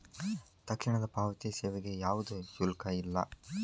ತಕ್ಷಣದ ಪಾವತಿ ಸೇವೆಗೆ ಯಾವ್ದು ಶುಲ್ಕ ಇಲ್ಲ